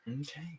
Okay